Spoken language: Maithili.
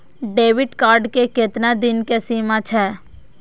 डेबिट कार्ड के केतना दिन के सीमा छै?